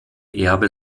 erbe